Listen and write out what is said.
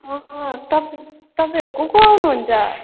तपाईँ तपाईँहरू को को आउनुहुन्छ